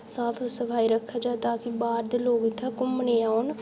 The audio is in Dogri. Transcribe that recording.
साफ सफाई रखचै तां कि बाह्र दे लोक इत्थै घुम्मने गी औन